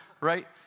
right